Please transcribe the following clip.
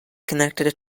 connected